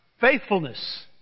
faithfulness